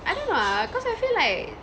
I don't know ah cause I feel like